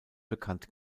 bekannt